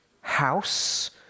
house